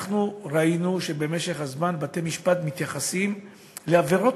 ראינו שבמשך הזמן בתי-משפט מתייחסים לעבירות